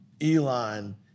Elon